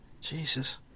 Jesus